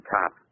top